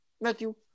Matthew